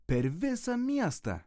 per visą miestą